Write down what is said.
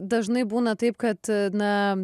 dažnai būna taip kad na